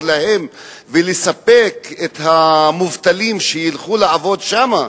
להם ולספק את המובטלים שילכו לעבוד שם?